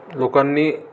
लोकांनी